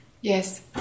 Yes